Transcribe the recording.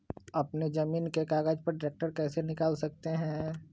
अपने जमीन के कागज पर ट्रैक्टर कैसे निकाल सकते है?